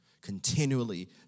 Continually